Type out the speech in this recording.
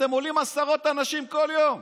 אתם עולים עשרות אנשים כל יום.